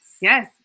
Yes